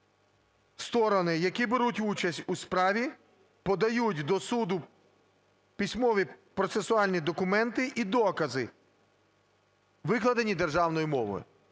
"Сторони, які беруть участь у справі, подають до суду письмові процесуальні документи і докази, викладені державною мовою".